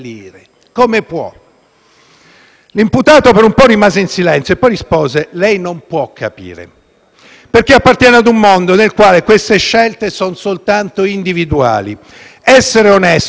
L'imputato per un po' rimase in silenzio e poi rispose: "Lei non può capire, perché appartiene ad un mondo del quale queste scelte sono soltanto individuali: essere onesto o disonesto dipende da lei.